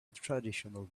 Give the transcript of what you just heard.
traditional